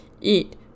eat